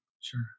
Sure